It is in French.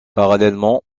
parallèlement